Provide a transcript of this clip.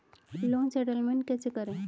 Loan settlement कैसे करें?